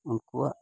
ᱩᱱᱠᱩᱣᱟᱜ